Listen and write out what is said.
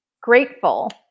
grateful